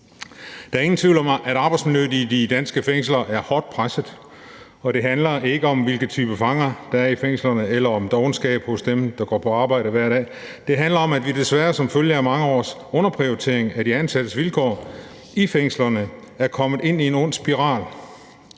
Der er ingen tvivl om, at arbejdsmiljøet i de danske fængsler er hårdt presset, og det handler ikke om, hvilke typer af fanger der er i fængslerne, eller om dovenskab hos dem, der går på arbejde hver dag. Det handler om, at vi desværre som følge af mange års underprioritering af de ansattes vilkår i fængslerne er kommet ind i en ond spiral,